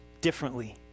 differently